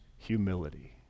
humility